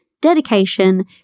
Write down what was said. dedication